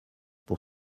pour